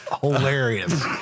hilarious